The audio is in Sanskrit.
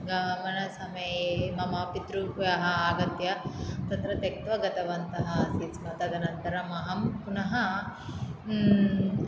गमनसमये मम पितृव्यः आगत्य तत्र त्यक्त्वा गतवन्तः आसीत् तदनन्तरम् अहं पुनः